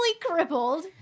crippled